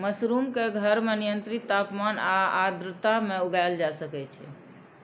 mushroom कें घर मे नियंत्रित तापमान आ आर्द्रता मे उगाएल जा सकै छै